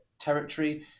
territory